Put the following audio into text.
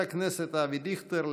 חבר הכנסת אבי דיכטר,